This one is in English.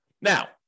Now